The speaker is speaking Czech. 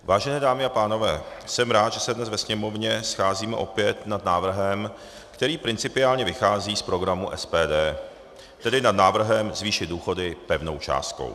Vážené dámy a pánové, jsem rád, že se dnes ve Sněmovně scházíme opět nad návrhem, který principiálně vychází z programu SPD, tedy nad návrhem zvýšit důchody pevnou částkou.